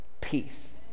peace